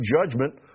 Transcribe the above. judgment